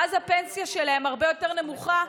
ואז הפנסיה שלהן הרבה יותר נמוכה,